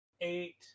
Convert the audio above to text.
eight